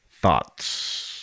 thoughts